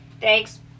Thanks